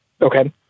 Okay